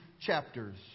chapters